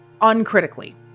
uncritically